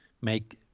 make